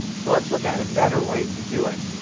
so let's look at a better way to do it.